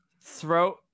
throat